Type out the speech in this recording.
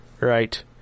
Right